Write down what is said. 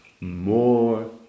more